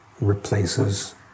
replaces